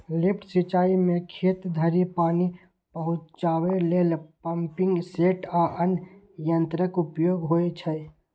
lift सिंचाइ मे खेत धरि पानि पहुंचाबै लेल पंपिंग सेट आ अन्य यंत्रक उपयोग होइ छै